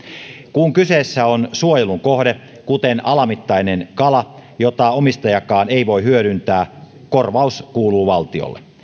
kun kyseessä on suojelun kohde kuten alamittainen kala jota omistajakaan ei voi hyödyntää korvaus kuuluu valtiolle